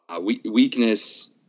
weakness